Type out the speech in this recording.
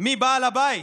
מי בעל הבית.